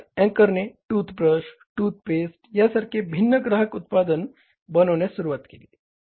मग अँकरने toothbrush toothpaste यासारख्या भिन्न ग्राहक उत्पादन बनविण्यास सुरुवात केली